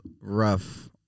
rough